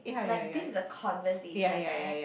like this is a conversation right